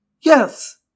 Yes